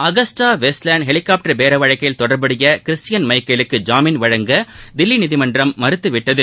AgustaWestland helicopter பேர வழக்கில் தொடர்புடைய கிறிஸ்டியன் மைக்கேலுக்கு ஜாமீன் வழங்க தில்லி நீதிமன்றம் மறுத்துவிட்டது